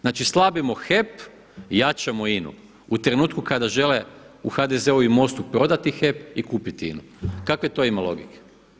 Znači slabimo HEP, jačamo INA-u u trenutku kada žele u HDZ-u i MOST-u prodati HEP i kupiti INA-u. kakve to ima logike?